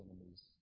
enemies